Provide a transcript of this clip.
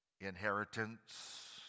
inheritance